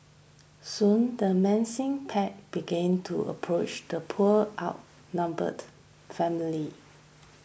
soon the menacing pack began to approach the poor outnumbered family